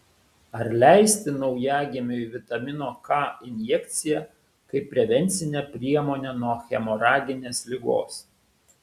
ar leisti naujagimiui vitamino k injekciją kaip prevencinę priemonę nuo hemoraginės ligos